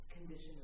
condition